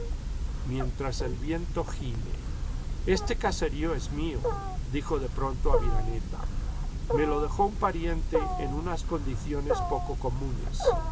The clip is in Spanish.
mientras el viento gime este caserío es mío dijo de pronto aviraneta me lo dejó un pariente en unas condiciones poco comunes